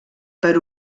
per